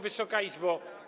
Wysoka Izbo!